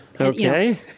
Okay